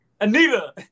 Anita